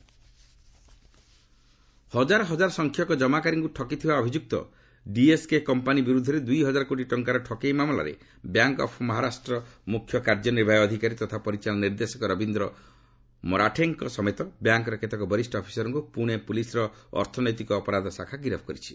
EOW ହଜାର ହଜାର ସଂଖ୍ୟକ ଜମାକାରୀଙ୍କୁ ଠକି ଥିବା ଅଭିଯୁକ୍ତ ଡିଏସ୍କେ କମ୍ପାନୀ ବିରୁଦ୍ଧରେ ଦୁଇ ହଜାର କୋଟି ଟଙ୍କାର ଠକେଇ ମାମଲାରେ ବ୍ୟାଙ୍କ୍ ଅଫ୍ ମହାରାଷ୍ଟ୍ର ମୁଖ୍ୟ କାର୍ଯ୍ୟ ନିର୍ବାହୀ ଅଧିକାରୀ ତଥା ପରିଚାଳନା ନିର୍ଦ୍ଦେଶକ ରବିନ୍ଦ୍ର ମରାଠେଙ୍କ ସମେତ ବ୍ୟାଙ୍କ୍ର କେତେକ ବରିଷ୍ଣ ଅଫିସର୍କ୍ର ପୁଣେ ପ୍ରଲିସ୍ର ଅର୍ଥନୈତିକ ଅପରାଧ ଶାଖା ଗିରଫ୍ କରିଛି